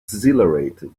exhilarated